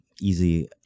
easy